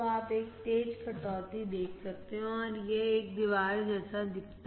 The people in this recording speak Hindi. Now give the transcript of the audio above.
तो आप एक तेज कटौती देख सकते हैं और यह एक दीवार जैसा दिखता है